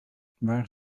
waar